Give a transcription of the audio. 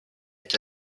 est